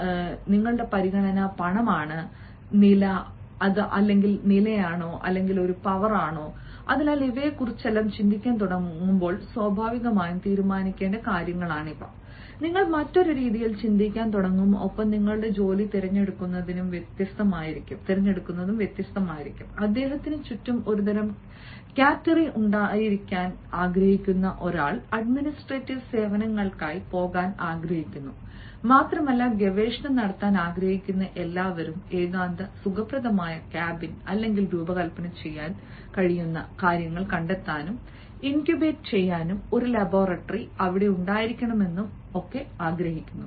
അതിനാൽ നിങ്ങളുടെ പരിഗണന പണം നില പവർ ആണോ അതിനാൽ ഇവയെക്കുറിച്ചെല്ലാം ചിന്തിക്കാൻ തുടങ്ങുമ്പോൾ സ്വാഭാവികമായും തീരുമാനിക്കേണ്ട കാര്യങ്ങളാണിവ നിങ്ങൾ മറ്റൊരു രീതിയിൽ ചിന്തിക്കാൻ തുടങ്ങും ഒപ്പം നിങ്ങളുടെ ജോലി തിരഞ്ഞെടുക്കുന്നതും വ്യത്യസ്തമായിരിക്കും അദ്ദേഹത്തിന് ചുറ്റും ഒരുതരം കാറ്ററി ഉണ്ടായിരിക്കാൻ ആഗ്രഹിക്കുന്ന ഒരാൾ അഡ്മിനിസ്ട്രേറ്റീവ് സേവനങ്ങൾക്കായി പോകാൻ ആഗ്രഹിക്കുന്നു മാത്രമല്ല ഗവേഷണം നടത്താൻ ആഗ്രഹിക്കുന്ന എല്ലാവരും ഏകാന്ത സുഖപ്രദമായ കാബിൻ അല്ലെങ്കിൽ രൂപകൽപ്പന ചെയ്യാൻ കഴിയുന്ന കാര്യങ്ങൾ കണ്ടെത്താനും ഇൻകുബേറ്റ് ചെയ്യാനും ഒരു ലബോറട്ടറി അവിടെ ഉണ്ടായിരിക്കണമെന്ന് ആഗ്രഹിക്കുന്നു